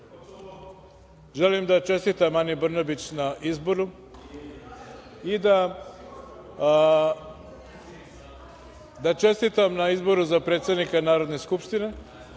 želim da čestitam Ani Brnabić na izboru, da čestitam na izboru za predsednika Narodne skupštine,